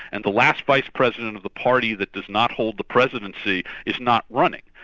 and the last vice president of the party that does not hold the presidency is not running.